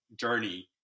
journey